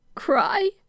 cry